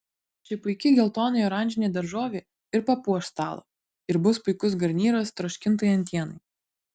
ši puiki geltonai oranžinė daržovė ir papuoš stalą ir bus puikus garnyras troškintai antienai